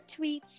tweets